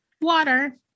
water